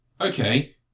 okay